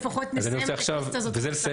לפחות נסיים את